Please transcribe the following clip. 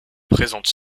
présente